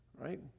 right